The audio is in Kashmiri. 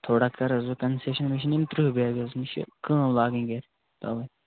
تھوڑا کَر حظ وۄنۍ کَنسیشَن مےٚ چھِ نِنۍ تٕرٛہ بیگ حظ مےٚ چھِ کٲم لاگٕنۍ گَرِ تَوَے